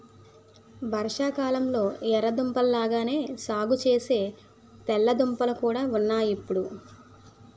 వర్షాకాలంలొ ఎర్ర దుంపల లాగానే సాగుసేసే తెల్ల దుంపలు కూడా ఉన్నాయ్ ఇప్పుడు